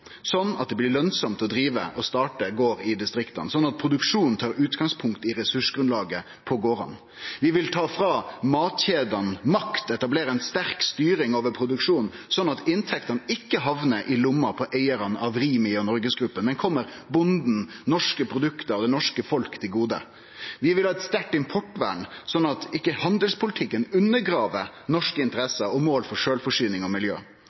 sånn at det blir lønsamt å drive og starte gardar i distrikta, sånn at produksjonen tar utgangspunkt i ressursgrunnlaget på gardane. Vi vil ta frå matkjedene makt og etablere ei sterk styring over produksjonen, sånn at inntektene ikkje hamnar i lomma på eigarane av Rimi og NorgesGruppen, men kjem bonden, norske produkt og det norske folket til gode. Vi vil ha eit sterkt importvern, slik at ikkje handelspolitikken undergrev norske interesser og mål for sjølvforsyning og miljø.